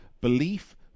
belief